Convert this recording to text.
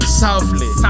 softly